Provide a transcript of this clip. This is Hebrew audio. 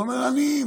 עניים,